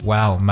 Wow